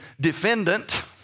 defendant